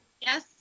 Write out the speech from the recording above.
Yes